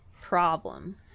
problem